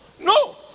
No